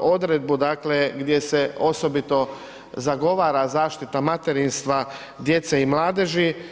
odredbu dakle gdje se osobito zagovara zaštita materinstva, djece i mladeži.